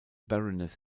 baroness